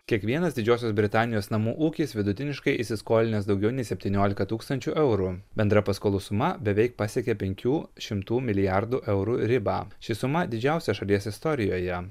kiekvienas didžiosios britanijos namų ūkis vidutiniškai įsiskolinęs daugiau nei septyniolika tūkstančių eurų bendra paskolų suma beveik pasiekė penkių šimtų milijardų eurų ribą ši suma didžiausia šalies istorijoje